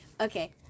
Okay